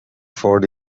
for